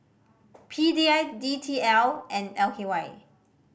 P D I D T L and L K Y